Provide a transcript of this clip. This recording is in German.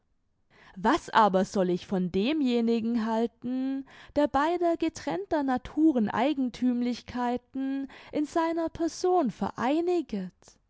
was aber soll ich von demjenigen halten der beider getrennter naturen eigenthümlichkeiten in seiner person vereiniget